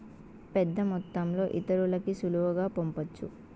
పెద్దమొత్తంలో ఇతరులకి సులువుగా పంపొచ్చు